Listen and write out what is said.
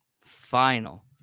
final